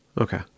Okay